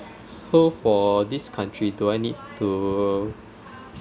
so for this country do I need to